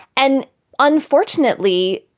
and unfortunately,